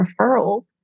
referrals